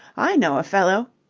i know a fellow.